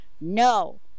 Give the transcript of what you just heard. No